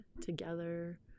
together